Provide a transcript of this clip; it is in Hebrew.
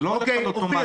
זה לא הולך אוטומטי.